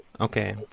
Okay